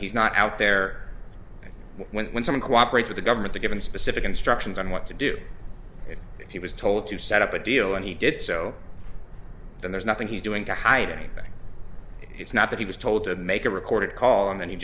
he's not out there when some cooperate with the government are given specific instructions on what to do if he was told to set up a deal and he did so and there's nothing he's doing to hide anything it's not that he was told to make a recorded call and then he